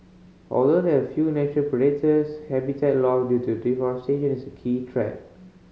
although they have few natural predators habitat loss due to deforestation is a key threat